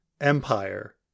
empire